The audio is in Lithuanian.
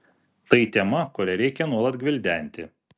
tai tema kurią reikia nuolat gvildenti